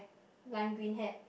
lime green hat